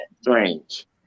strange